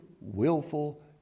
willful